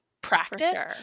practice